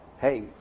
hey